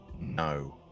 No